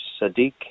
Sadiq